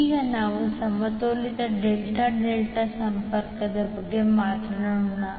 ಈಗ ನಾವು ಸಮತೋಲಿತ Δ Δ ಸಂಪರ್ಕದ ಬಗ್ಗೆ ಮಾತನಾಡೋಣ